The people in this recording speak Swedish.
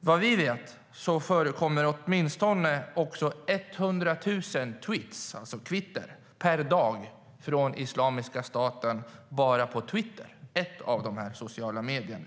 Vad vi vet förekommer på enbart Twitter åtminstone 100 000 tweets, alltså kvitter, per dag från Islamiska staten. Det är bara ett av de sociala medierna.